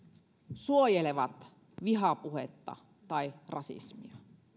suojelevat vihapuhetta tai rasismia